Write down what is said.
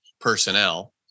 personnel